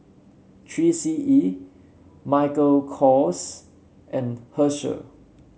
Three C E Michael Kors and Herschel